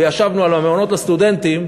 וישבנו על מעונות הסטודנטים,